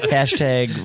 Hashtag